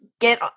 get